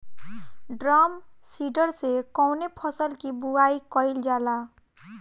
Drum seeder से कवने फसल कि बुआई कयील जाला?